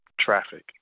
Traffic